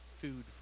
food